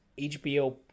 hbo